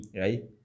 right